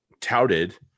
touted